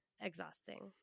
exhausting